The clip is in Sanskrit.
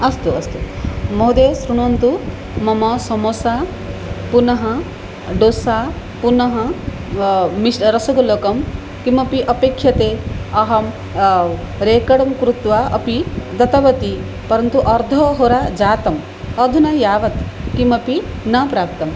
अस्तु अस्तु महोदय श्रृण्वन्तु मम समोस पुनः दोसा पुनः मिश् रसगुल्लकं किमपि अपेक्ष्यते अहं रेकर्डं कृत्वा अपि दत्तवती परन्तु अर्धहोरा जाता अधुना यावत् किमपि न प्राप्तं